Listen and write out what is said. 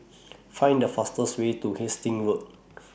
Find The fastest Way to Hastings Road